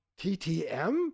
TTM